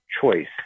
choice